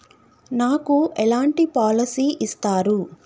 నాకు ఎలాంటి పాలసీ ఇస్తారు?